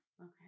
Okay